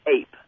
ape